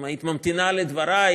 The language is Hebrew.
אם היית ממתינה לדברי,